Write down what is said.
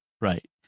right